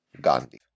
Gandhi